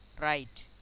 right